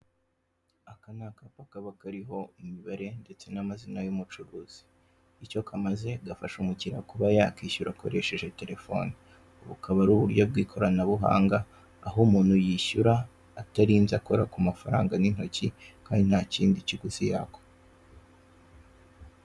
Aka ni akapa kaba kariho imibare ndetse n'amazina y'umucuruzi. Icyo kamaze gafasha umukiriya kuba yakwishyura akoresheje terefone, bukaba ari ubryo bw'ikoranabuhanga aho umuntu yishyura atarinze akora ku mafaranga n'intoki kandi nta kindi kiguzi yakwa.